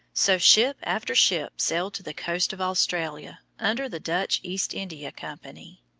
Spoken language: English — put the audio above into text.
so ship after ship sailed to the coast of australia under the dutch east india company.